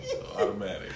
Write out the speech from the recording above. Automatic